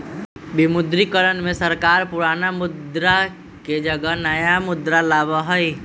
विमुद्रीकरण में सरकार पुराना मुद्रा के जगह नया मुद्रा लाबा हई